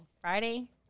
Friday